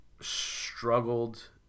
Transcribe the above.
struggled